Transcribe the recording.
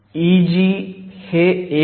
Eg हे 1